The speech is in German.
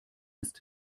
ist